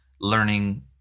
learning